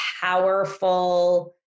powerful